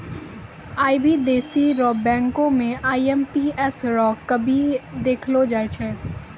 आई भी देशो र बैंको म आई.एम.पी.एस रो कमी देखलो जाय छै